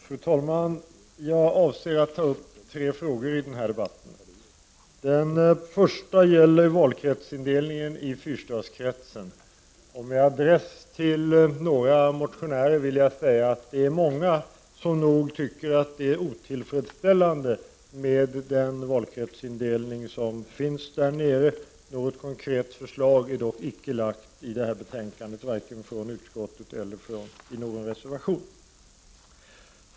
Fru talman! Jag avser att ta upp tre frågor i den här debatten. Den första gäller valkretsindelningen i Fyrstadskretsen. Med adress till några motionärer vill jag säga att det nog är många som tycker att den nuvarande valkretsindelningen är otillfredsställande. Något konkret förslag är dock icke framlagt i detta betänkande, vare sig från utskottet eller i form av reservation.